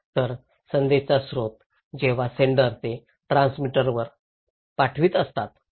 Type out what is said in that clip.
तर संदेशाचा स्रोत जेव्हा सेंडर ते ट्रान्समीटरवर पाठवित असतात